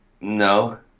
No